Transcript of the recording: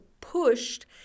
pushed